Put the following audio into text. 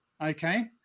Okay